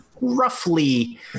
Roughly